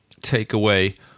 takeaway